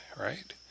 right